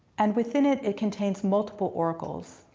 and within it, it contains multiple oracles.